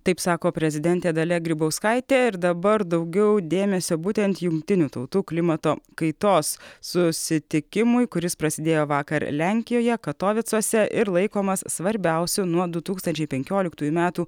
taip sako prezidentė dalia grybauskaitė ir dabar daugiau dėmesio būtent jungtinių tautų klimato kaitos susitikimui kuris prasidėjo vakar lenkijoje katovicuose ir laikomas svarbiausiu nuo du tūkstančiai penkioliktųjų metų